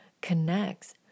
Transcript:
connects